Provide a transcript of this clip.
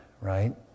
right